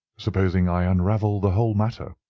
supposing i unravel the whole matter,